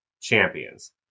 champions